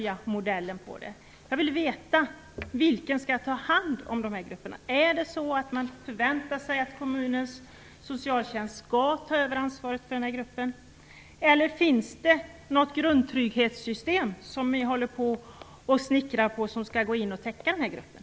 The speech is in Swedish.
Jag vill veta vilka som skall ta hand om den här gruppen. Förväntar man sig att kommunens socialtjänst skall ta över ansvaret för gruppen? Eller finns det något grundtrygghetssystem som ni snickrar på som skall täcka gruppen?